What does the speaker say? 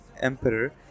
Emperor